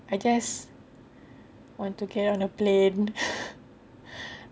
I just want to get on the plane